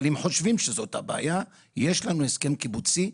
אבל אם חושבים שזאת הבעיה יש לנו הסכם קיבוצי,